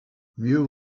mieux